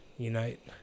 Unite